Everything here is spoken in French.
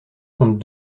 compte